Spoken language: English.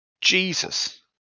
Jesus